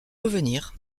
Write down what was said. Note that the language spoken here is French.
revenir